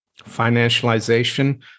financialization